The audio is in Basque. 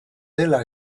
dela